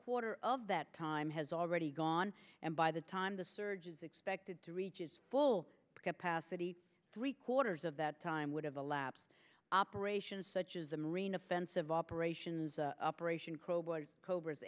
quarter of that time has already gone and by the time the surge is expected to reach its full capacity three quarters of that time would have elapsed operations such as the marine offensive operations operation